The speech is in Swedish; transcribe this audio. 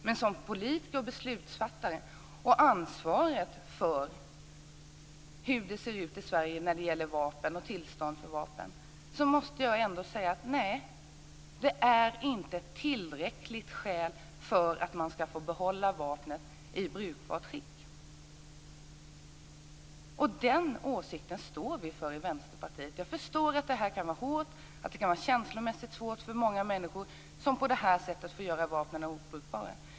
Men som politiker och beslutsfattare har jag ansvaret för hur det ser ut i Sverige när det gäller vapen och tillstånd för vapen och då måste jag säga: Nej, det är inte tillräckligt skäl för att få behålla vapnet i brukbart skick. Den åsikten står vi för i Vänsterpartiet. Jag förstår att det här kan var hårt och att det kan vara känslomässigt svårt för många människor som får göra vapnen obrukbara.